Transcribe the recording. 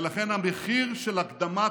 ולכן המחיר של הקדמת